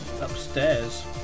upstairs